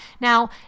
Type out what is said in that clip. Now